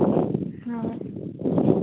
ᱦᱳᱭ